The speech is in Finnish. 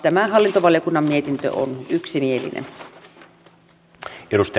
tämä hallintovaliokunnan mietintö on yksimielinen